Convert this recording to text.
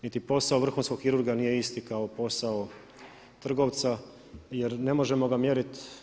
Niti posao vrhunskog kirurga nije isti kao posao trgovca, jer ne možemo ga mjerit.